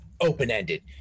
open-ended